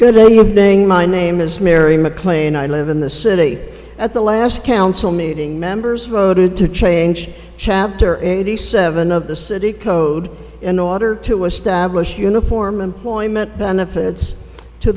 evening my name is mary maclean i live in the city at the last council meeting members voted to change chapter eighty seven of the city code in order to establish uniform employment benefits to